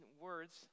words